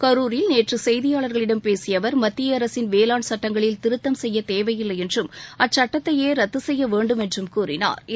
கரூரில் நேற்று செய்தியாளர்களிடம் பேசிய அவர் மத்திய அரசின் வேளாண் சட்டங்களில் திருத்தம் செய்ய தேவையில்லை என்றும் அச்சுட்டத்தையே ரத்து செய்ய வேண்டும் என்றும் கூறினாா்